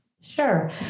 Sure